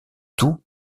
tout